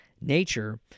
Nature